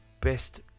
best